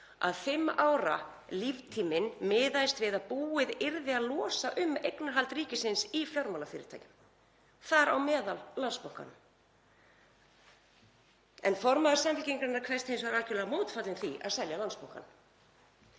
að fimm ára líftíminn miðaðist við að búið yrði að losa um eignarhald ríkisins í fjármálafyrirtækjum, þar á meðal Landsbankanum. En formaður Samfylkingarinnar kveðst hins vegar algjörlega mótfallin því að selja Landsbankann.